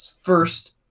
first